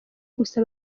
gusa